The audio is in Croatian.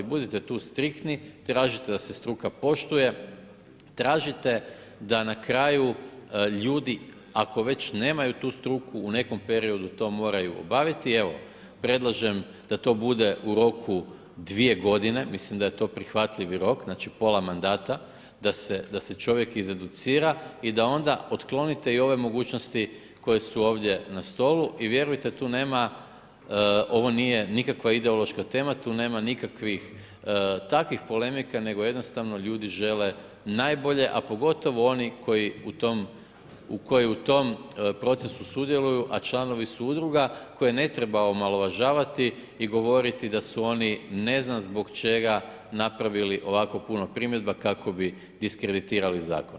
Budite tu striktni, tražite da se struka poštuje, tražite da na kraju ljudi ako već nemaju tu struku u nekom periodu to moraju obaviti, evo predlažem da to bude u roku 2 g., mislim da je to prihvatljivi rok, znači pola mandata, da se čovjek izeducira i da onda otklonite onda i ove mogućnosti koje su ovdje na stolu i vjerujte, tu nema, ovo nije nikakva ideološka tema, tu nema nikakvih takvih polemika nego jednostavno ljudi žele najbolje a pogotovo oni koji u tom procesu sudjeluju a članovi su udruga koje ne treba omalovažavati i govoriti da su oni ne znam zbog čega napravili ovako puno primjedba kako bi diskreditirali zakon.